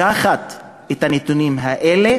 לקחת את הנתונים האלה,